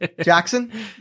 Jackson